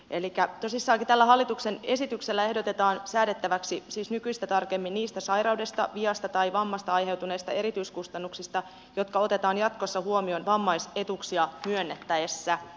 elikkä tosissaankin tällä hallituksen esityksellä ehdotetaan säädettäväksi siis nykyistä tarkemmin niistä sairaudesta viasta tai vammasta aiheutuneista erityiskustannuksista jotka otetaan jatkossa huomioon vammaisetuuksia myönnettäessä